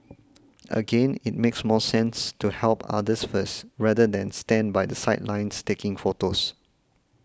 again it makes more sense to help others first rather than stand by the sidelines taking photos